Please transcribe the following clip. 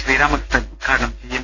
ശ്രീരാമകൃഷ്ണൻ ഉദ്ഘാടനം ചെയ്യും